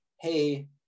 hey